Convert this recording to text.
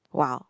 wow